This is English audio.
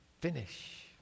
finish